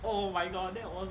oh my god